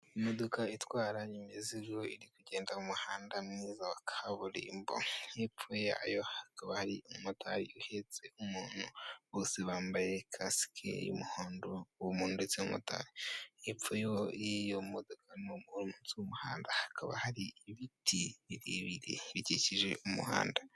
Imodoka itwara imizigo iri kugenda mu muhanda mwiza wa kaburimbo. Hepfo yayo hakaba hari umumotari uhetse umuntu bose bambaye kasike z'umuhondo; uwo muntu ndetse n'uwo mumotari. Hepfo y'iyo modoka, munsi y'umuhanda hakaba hari ibiti birebire bikikije umuhanda.